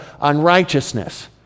unrighteousness